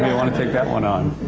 want to take that one on?